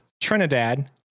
Trinidad